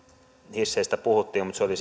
hisseistä puhuttiin mutta se oli